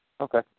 Okay